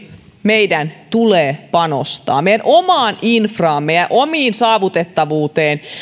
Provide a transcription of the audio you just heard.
meidän tulee panostaa meidän omaan infraamme ja omaan saavutettavuuteemme ja